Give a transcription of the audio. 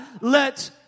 let